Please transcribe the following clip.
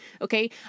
Okay